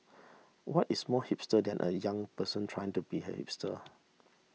what is more hipster than a young person trying to be a hipster